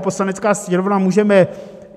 Poslanecká sněmovna se můžeme